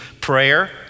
prayer